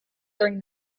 during